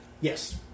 Yes